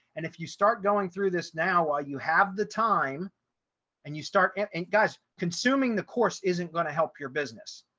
and if you start going through this, now ah you have the time and you start and and consuming the course isn't going to help your business.